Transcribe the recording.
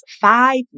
five